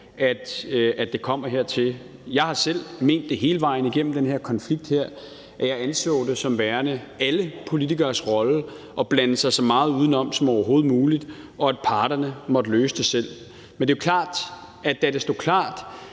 at det kommer hertil. Jeg har selv ment det hele vejen igennem den her konflikt, at jeg anså det som værende alle politikeres rolle at blande sig så meget udenom som overhovedet muligt, og at parterne måtte løse det selv. Men da det stod klart,